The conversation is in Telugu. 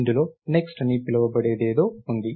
ఇందులో next అని పేలివబడేదిఏదో ఉంది